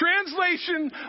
translation